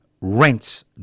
rents